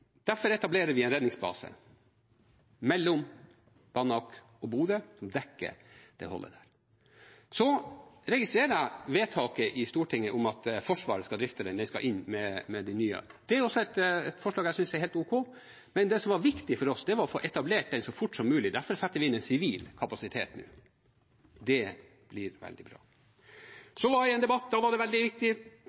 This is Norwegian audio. derfor etablerer vi en redningsbase mellom Banak og Bodø som dekker det området. Så registrerer jeg vedtaket i Stortinget om at Forsvaret skal drifte den – den skal inn med de nye. Det er også et forslag jeg synes er helt ok, men det som var viktig for oss, var å få etablert den så fort som mulig. Derfor setter vi inn en sivil kapasitet nå. Det blir veldig bra. Så var jeg i en debatt hvor det var veldig viktig